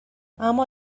اما